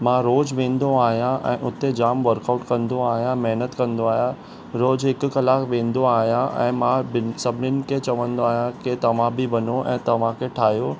मां रोज़ वेंदो आहियां ऐं उते जाम वर्कआउट कंदो आहियां महिनत कंदो आहियां रोज़ हिकु कलाकु वेंदो आहियां ऐं मां ॿिनि सभिनीनि खे चवंदो आहियां की तव्हां बि वञो ऐं तव्हांखे ठाहियो